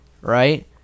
right